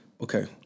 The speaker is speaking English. Okay